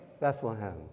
Bethlehem